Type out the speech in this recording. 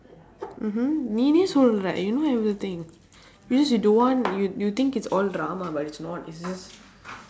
mmhmm நீயே சொல்லுற:niiyee sollura you know everything because you don't want you you think it's all drama but it's not it's just